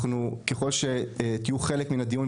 ככל שתהיו חלק מהדיון,